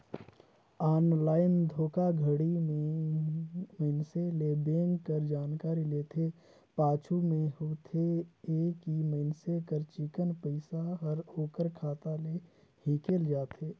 online धोखाघड़ी में मइनसे ले बेंक कर जानकारी लेथे, पाछू में होथे ए कि मइनसे कर चिक्कन पइसा हर ओकर खाता ले हिंकेल जाथे